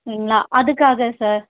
இல்லைங்களா அதுக்காக சார்